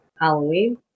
Halloween